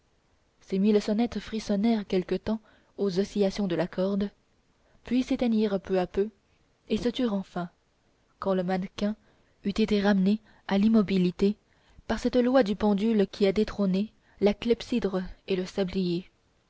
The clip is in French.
ces mille sonnettes frissonnèrent quelque temps aux oscillations de la corde puis s'éteignirent peu à peu et se turent enfin quand le mannequin eut été ramené à l'immobilité par cette loi du pendule qui a détrôné la clepsydre et le sablier